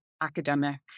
academic